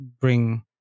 bring